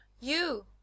you